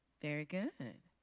very good.